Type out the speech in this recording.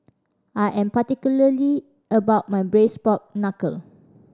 I am particularly about my Braised Pork Knuckle